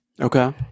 Okay